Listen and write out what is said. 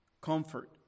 comfort